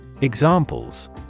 Examples